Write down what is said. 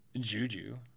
Juju